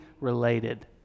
related